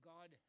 God